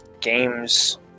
games